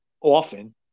often